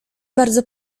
bardzo